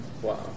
Wow